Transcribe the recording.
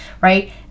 right